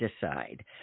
decide